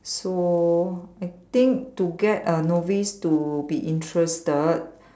so I think to get a novice to be interested